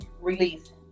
release